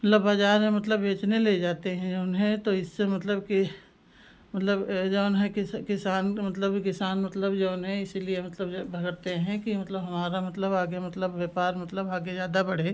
लब बाज़ार में मतलब बेचने ले जाते हैं जऊन है तो इससे मतलब कि मतलब जऊन है किस किसान का मतलब है किसान मतलब जऊन है इसीलिए मतलब जो है भरते हैं कि मतलब हमारा मतलब आगे मतलब व्यापार मतलब आगे ज़्यादा बढ़े